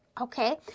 Okay